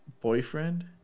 boyfriend